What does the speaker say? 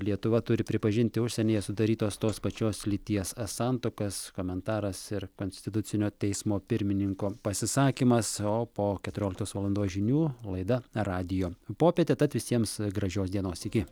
lietuva turi pripažinti užsienyje sudarytos tos pačios lyties santuokas komentaras ir konstitucinio teismo pirmininko pasisakymas o po keturioliktos valandos žinių laida radijo popietė tad visiems gražios dienos iki